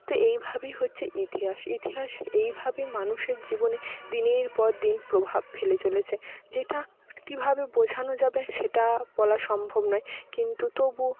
তো এইভাবেই হচ্ছে ইতিহাস ইতিহাস এইভাবেই মানুষের জীবনে দিনের পর দিন প্রভাব ফেলে চলেচে যেটা কীভাবে বোঝানো যাবে সেটা বলা সম্ভব নয় কিন্তু তবু